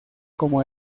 como